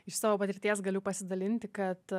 iš savo patirties galiu pasidalinti kad